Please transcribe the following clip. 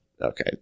Okay